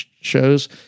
shows